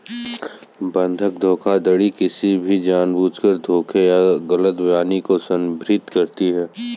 बंधक धोखाधड़ी किसी भी जानबूझकर धोखे या गलत बयानी को संदर्भित करती है